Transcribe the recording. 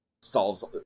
solves